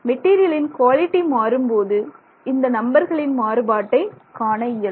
மெட்டீரியலின் குவாலிடி மாறும்போது இந்த நம்பர்களின் மாறுபாட்டை காண இயலும்